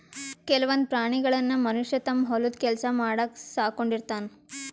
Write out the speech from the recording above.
ಕೆಲವೊಂದ್ ಪ್ರಾಣಿಗಳನ್ನ್ ಮನಷ್ಯ ತಮ್ಮ್ ಹೊಲದ್ ಕೆಲ್ಸ ಮಾಡಕ್ಕ್ ಸಾಕೊಂಡಿರ್ತಾನ್